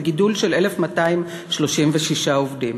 זה גידול של 1,236 עובדים.